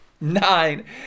nine